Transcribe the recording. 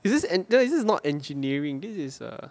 is this and then it's just not engineering this is err